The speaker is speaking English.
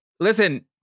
Listen